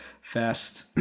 fast